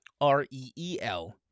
R-E-E-L